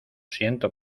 siento